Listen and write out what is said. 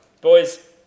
boys